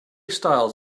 styles